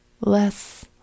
less